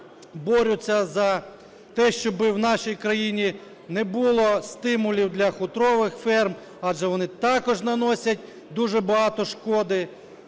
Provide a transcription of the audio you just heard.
борються за те, щоби в нашій країні не було стимулів для хутрових ферм, адже вони також наносять дуже багато шкоди